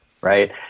right